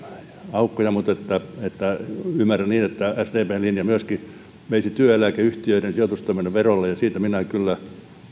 aukkoja mutta ymmärrän niin että sdpn linja myöskin veisi työeläkeyhtiöiden sijoitustoiminnan verolle ja siitä minä kyllä